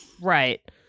Right